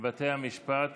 בתי המשפט